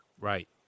right